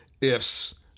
ifs